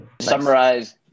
Summarize